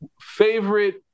favorite